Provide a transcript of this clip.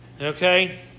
Okay